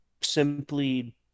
simply